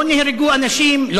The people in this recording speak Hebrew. לא נהרגו אנשים,